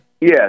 yes